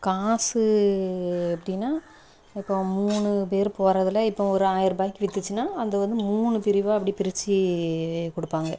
காசு எப்படின்னா இப்போ மூணு பேர் போகிறதுல இப்போ ஒரு ஆயிர்ருபாய்க்கு விற்றுச்சின்னா அது வந்து மூணு பிரிவாக அப்படி பிரித்து கொடுப்பாங்க